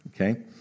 Okay